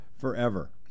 forever